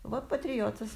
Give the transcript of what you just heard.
va patriotas